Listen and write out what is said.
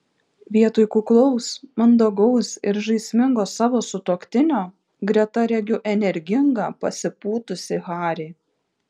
vietoj kuklaus mandagaus ir žaismingo savo sutuoktinio greta regiu energingą pasipūtusį harį